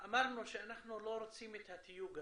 אמרנו שאנחנו לא רוצים את התיוג הזה,